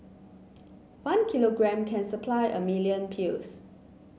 one kilogram can supply a million pills